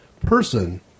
person